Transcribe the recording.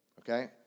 okay